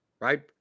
right